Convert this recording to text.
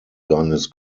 seines